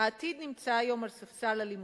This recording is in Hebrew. "העתיד נמצא היום על ספסל הלימודים.